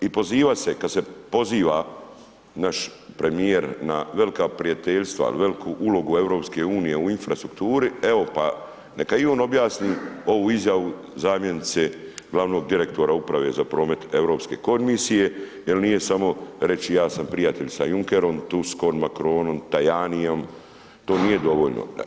I poziva se, kad se poziva naš premijer na velika prijateljstva, na velku ulogu EU u infrastrukturi, evo pa neka i on objasni ovu izjavu zamjenice glavnog direktora Uprava za promet Europske komisije jel nije samo reći ja sam prijatelj sa Junckerom, Tuskom, Macronom, Tajanijem to nije dovoljno.